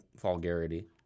vulgarity